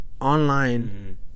online